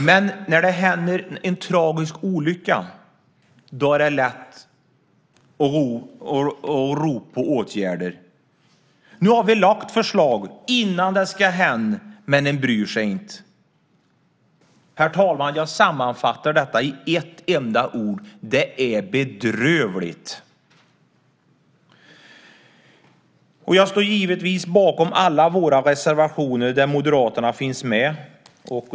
Men när det händer en tragisk olycka är det lätt att ropa på åtgärder. Nu har vi lagt fram förslag innan något händer, men man bryr sig inte. Herr talman! Jag sammanfattar detta i ett enda ord: Det är bedrövligt. Jag står givetvis bakom alla de reservationer där Moderaterna finns med.